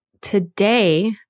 Today